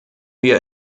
wir